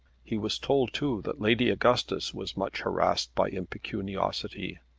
he was told too that lady augustus was much harassed by impecuniosity.